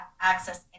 access